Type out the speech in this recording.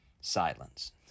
silence